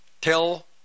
tell